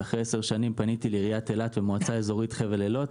ואחרי עשר שנים פניתי לעיריית אילת והמועצה האזורית חבל אילות,